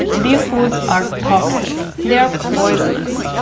these foods are toxic, they are poisonous,